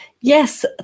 yes